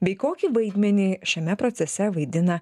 bei kokį vaidmenį šiame procese vaidina